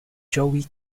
joey